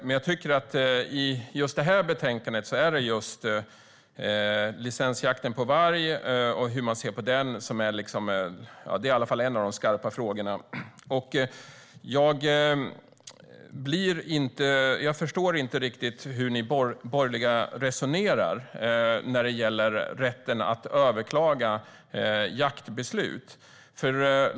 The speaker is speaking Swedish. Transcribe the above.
Men i detta betänkande är just licensjakten på varg och hur man ser på den en av de skarpa frågorna. Jag förstår inte riktigt hur ni borgerliga resonerar när det gäller rätten att överklaga jaktbeslut.